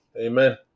Amen